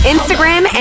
Instagram